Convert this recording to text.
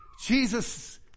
Jesus